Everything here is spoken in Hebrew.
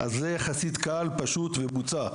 זה יחסית קל, פשוט ובוצע.